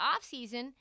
offseason